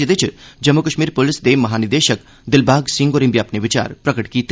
जेह्दे इच जम्मू कश्मीर पुलिस दे महानिदेशक दिलबाग सिंह होरें बी अपने विचार प्रगट कीते